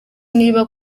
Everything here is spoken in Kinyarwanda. niba